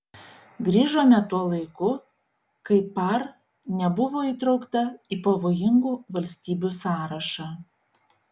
grįžome tuo laiku kai par nebuvo įtraukta į pavojingų valstybių sąrašą